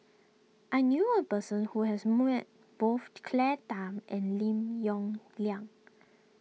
I knew a person who has met both Claire Tham and Lim Yong Liang